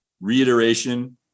reiteration